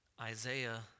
Isaiah